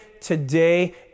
today